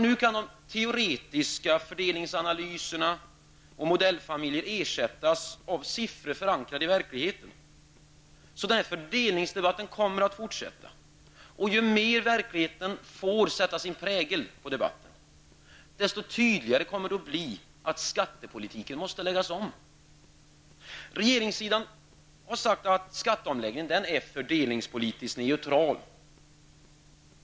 Nu kan de teoretiska fördelningsanalyserna och modellfamiljerna ersättas av siffror som är förankrade i verkligheten. Fördelningsdebatten kommer att fortsätta, och ju mer verkligheten får sätta sin prägel på debatten, desto tydligare kommer det att bli att skattepolitiken måste läggas om. Regeringssidan har sagt att skatteomläggningen är fördelningspolitiskt neutral.